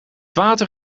water